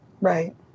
Right